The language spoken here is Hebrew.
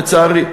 לצערי.